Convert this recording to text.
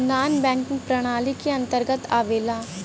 नानॅ banking प्रणाली के अंतर्गत आवेला